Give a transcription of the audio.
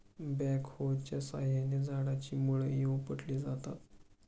बॅकहोच्या साहाय्याने झाडाची मुळंही उपटली जातात